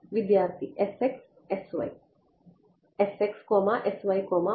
വിദ്യാർത്ഥി s x s y